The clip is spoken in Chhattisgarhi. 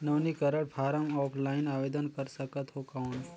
नवीनीकरण फारम ऑफलाइन आवेदन कर सकत हो कौन?